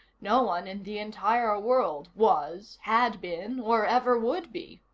no one in the entire world was, had been, or ever would be.